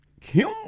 Kim